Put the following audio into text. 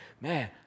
man